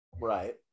Right